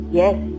yes